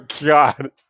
God